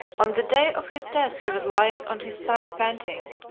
on the day of his death he was lying on his side panting,